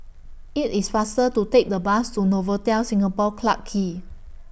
IT IS faster to Take The Bus to Novotel Singapore Clarke Quay